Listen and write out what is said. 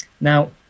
Now